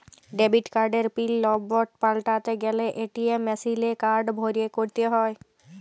debit কার্ডের pin number পাল্টাতে গ্যালে এ.টি.এম মেশিলে কার্ড ভরে ক্যরতে হ্য়য়